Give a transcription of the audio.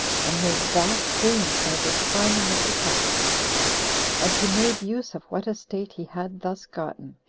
and made vast gains by this farming of the taxes and he made use of what estate he had thus gotten,